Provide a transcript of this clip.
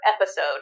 episode